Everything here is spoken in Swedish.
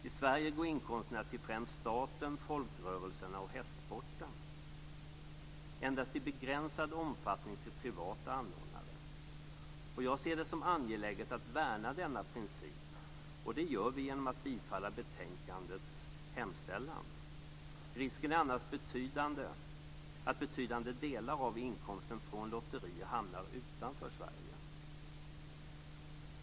I Sverige går inkomsterna till främst staten, folkrörelserna och hästsporten, endast i begränsad omfattning till privata anordnare. Jag ser det som angeläget att värna denna princip, och det gör vi genom att bifalla utskottets hemställan. Risken är annars att betydande delar av inkomster från lotterier hamnar utanför Sverige.